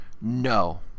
no